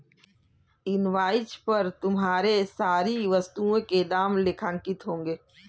invoice पर तुम्हारे सारी वस्तुओं के दाम लेखांकित होंगे